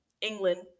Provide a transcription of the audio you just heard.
England